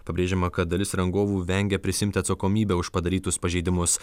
pabrėžiama kad dalis rangovų vengia prisiimti atsakomybę už padarytus pažeidimus